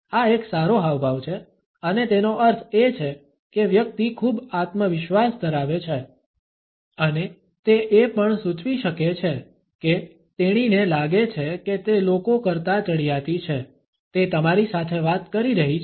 આ એક સારો હાવભાવ છે અને તેનો અર્થ એ છે કે વ્યક્તિ ખૂબ આત્મવિશ્વાસ ધરાવે છે અને તે એ પણ સૂચવી શકે છે કે તેણીને લાગે છે કે તે લોકો કરતા ચઢિયાતી છે તે તમારી સાથે વાત કરી રહી છે